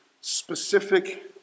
specific